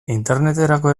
interneterako